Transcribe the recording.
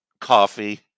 coffee